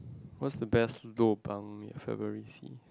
what's the best lobang in February see